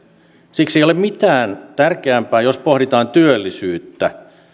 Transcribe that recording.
siksi ei ole mitään tärkeämpää jos pohditaan työllisyyttä